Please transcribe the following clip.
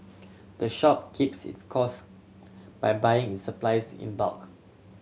the shop keeps its cost by buying its supplies in bulk